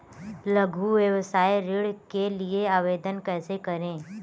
लघु व्यवसाय ऋण के लिए आवेदन कैसे करें?